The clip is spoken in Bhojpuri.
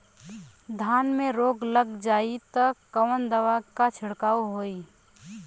धान में रोग लग जाईत कवन दवा क छिड़काव होई?